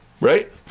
right